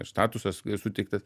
ir statusas suteiktas